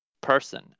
person